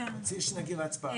אני מציע שתגיעי להצבעה.